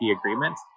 agreement